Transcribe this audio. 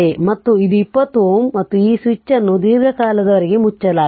ಮತ್ತು ಇದು 20 Ω ಮತ್ತು ಈ ಸ್ವಿಚ್ ಅನ್ನು ದೀರ್ಘಕಾಲದವರೆಗೆ ಮುಚ್ಚಲಾಗಿದೆ